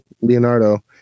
leonardo